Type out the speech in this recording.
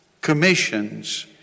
commissions